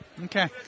Okay